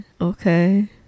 okay